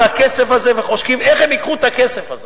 הכסף הזה וחושבים איך הם ייקחו את הכסף הזה.